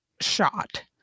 shot